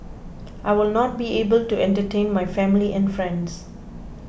I will not be able to entertain my family and friends